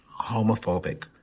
homophobic